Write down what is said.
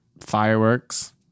Fireworks